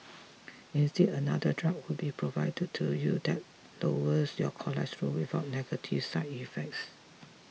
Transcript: instead another drug would be provided to you that lowers your cholesterol without negative side effects